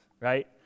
right